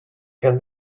can